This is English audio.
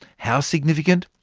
how significant?